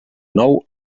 nou